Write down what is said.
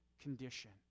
condition